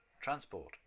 transport